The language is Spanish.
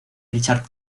richard